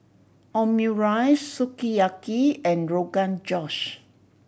Omurice Sukiyaki and Rogan Josh